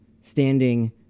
standing